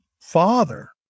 father